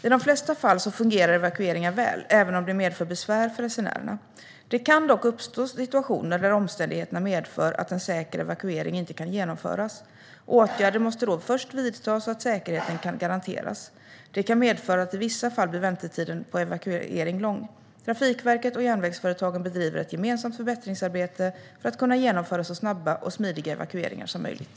I de flesta fall fungerar evakueringar väl även om de medför besvär för resenärerna. Det kan dock uppstå situationer där omständigheterna medför att en säker evakuering inte kan genomföras. Åtgärder måste då först vidtas så att säkerheten kan garanteras. Det kan medföra att väntetiden på evakuering i vissa fall blir lång. Trafikverket och järnvägsföretagen bedriver ett gemensamt förbättringsarbete för att kunna genomföra så snabba och smidiga evakueringar som möjligt.